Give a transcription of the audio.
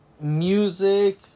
music